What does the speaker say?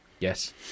yes